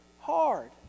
hard